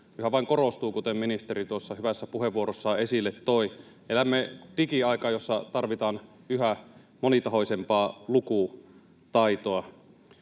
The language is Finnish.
yhä vain korostuu, kuten ministeri tuossa hyvässä puheenvuorossaan esille toi. Elämme digiaikaa, jossa tarvitaan yhä monitahoisempaa lukutaitoa.